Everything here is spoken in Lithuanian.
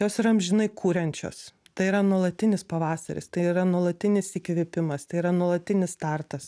jos yra amžinai kuriančios tai yra nuolatinis pavasaris tai yra nuolatinis įkvėpimas tai yra nuolatinis startas